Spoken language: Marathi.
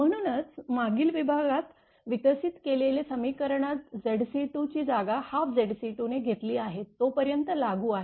म्हणूनच मागील विभागात विकसित केलेले समीकरणातZc2ची जागा 12Zc2 ने घेतली आहे तोपर्यंत लागू आहे